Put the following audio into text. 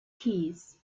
kies